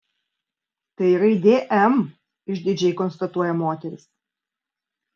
tai raidė m išdidžiai konstatuoja moteris